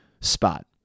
spot